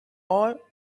all